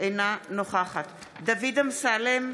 אינה נוכחת דוד אמסלם,